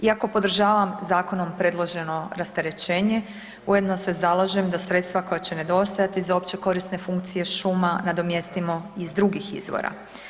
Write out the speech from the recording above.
Iako podržavam zakonom predloženo rasterećenje ujedno se zalažem da sredstva koja će nedostajati za opće korisne funkcije šuma nadomjestimo iz drugih izvora.